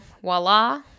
voila